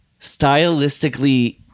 stylistically